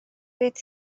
beth